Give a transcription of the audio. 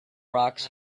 rocks